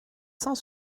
cent